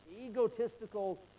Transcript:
egotistical